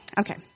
Okay